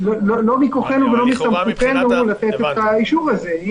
לא מכוחנו ולא מסמכותנו לתת את האישור הזה.